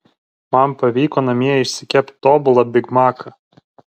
man pavyko namie išsikept tobulą bigmaką